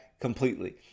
completely